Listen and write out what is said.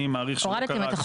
אני מעריך שלא קראת.